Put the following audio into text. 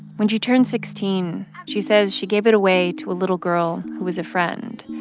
when she turned sixteen, she says she gave it away to a little girl who was a friend.